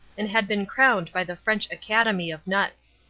and had been crowned by the french academy of nuts.